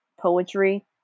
poetry